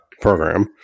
Program